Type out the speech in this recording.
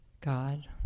God